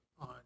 on